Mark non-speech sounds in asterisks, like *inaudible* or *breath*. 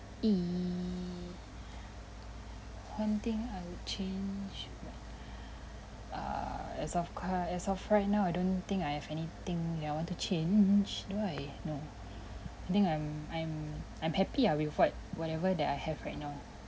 !ee! *breath* one think I would change *breath* err as of cur~ as of right now I don't think I have anything that I want to change do I no I think I'm I'm I'm happy ah with what whatever that I have right now